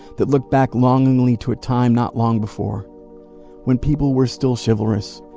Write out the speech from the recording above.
that looked back longingly to a time not long before when people were still chivalrous,